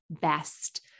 best